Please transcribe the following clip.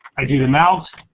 i did a mount.